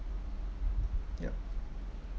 yup